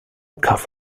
cough